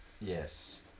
Yes